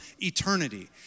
eternity